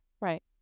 Right